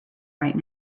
right